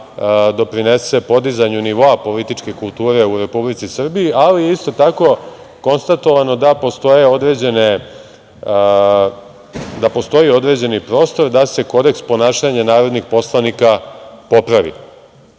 doprinese podizanju nivoa političke kulture u Republici Srbiji, ali isto tako je konstatovano da postoji određeni prostor da se Kodeks ponašanja narodnih poslanika popravi. Mi